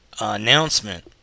announcement